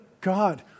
God